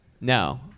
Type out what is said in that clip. No